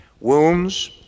Wounds